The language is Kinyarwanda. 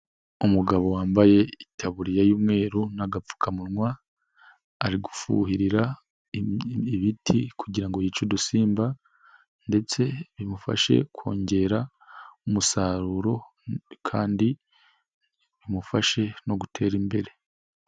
Umugabo wambaye itaburiya y'umweru n'agapfukamunwa ari gufuhirira ibiti kugira ngo yice udusimba ndetse bimufashe kongera umusaruro kandi bimufashe no gutera imbere.